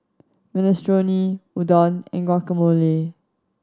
Minestrone Udon and Guacamole